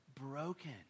broken